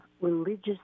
religious